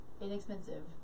inexpensive